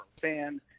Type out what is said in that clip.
fan